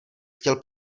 chtěl